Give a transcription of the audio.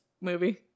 movie